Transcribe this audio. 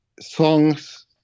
songs